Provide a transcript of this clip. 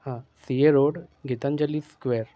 हां C A road Gitanjali square